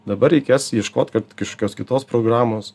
dabar reikės ieškot kad keškios kitos programos